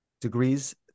degrees